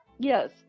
Yes